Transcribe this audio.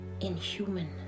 inhuman